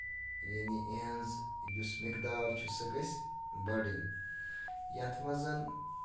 یعنی یِہنٛز یُس مقدار چھِ سۄ گژھِ بَڑٕنۍ یَتھ منٛز